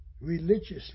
Religiously